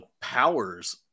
powers